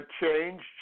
change